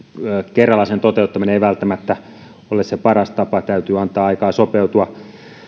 kerralla sen toteuttaminen ei välttämättä ole se paras tapa täytyy antaa aikaa sopeutua